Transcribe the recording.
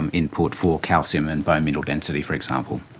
and input for calcium and bone mineral density, for example.